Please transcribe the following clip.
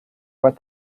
what